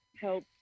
help